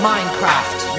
Minecraft